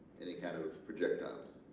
any kind of projectiles